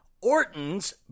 Orton's